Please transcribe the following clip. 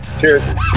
Cheers